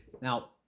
Now